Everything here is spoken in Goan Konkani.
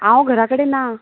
हांव घरा कडेन ना